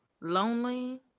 Lonely